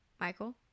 Michael